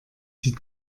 sie